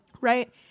right